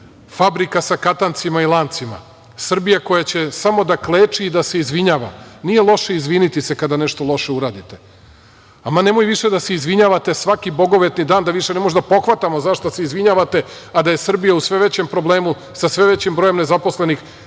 fabrika sa katancima i lancima, Srbija koja će samo da kleči i da se izvinjava. Nije loše izviniti se kada nešto loše uradite. Ama nemojte više da se izvinjavate svaki bogovetni dan, da više ne možemo da pohvatamo za šta se izvinjavate, a da je Srbija u sve većem problemu sa sve većim brojem nezaposlenih,